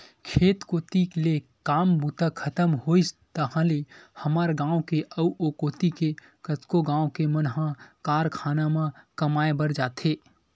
खेत कोती ले काम बूता खतम होइस ताहले हमर गाँव के अउ ओ कोती के कतको गाँव के मन ह कारखाना म कमाए बर जाथे